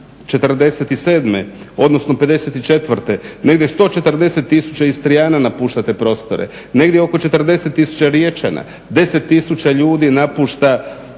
47., odnosno 54.negdje 140 Istrijana napušta te prostore, negdje oko 40 tisuća Riječana, 10 tisuća ljudi napušta